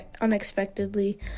unexpectedly